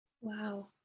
wow